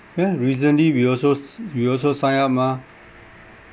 yeah recently we also we also sign up mah